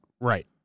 Right